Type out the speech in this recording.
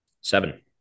Seven